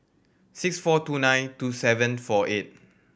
six four two nine two seven four eight